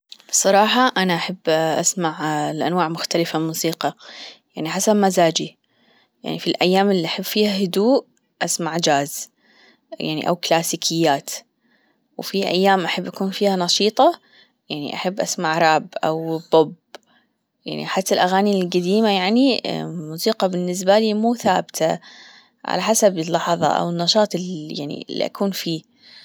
صراحة أنا أحب أسمع لأنواع مختلفة من الموسيقى يعني حسب مزاجي يعني في الأيام اللي فيها هدوء أسمع جاز يعني أو كلاسيكيات وفي أيام أحب أكون فيها نشيطة يعني أحب أسمع راب أو بوب يعني حتى الأغاني الجديمة يعني الموسيقي بالنسبة لي مو ثابتة على حسب اللحظة أو النشاط يعني اللي أكون فيه.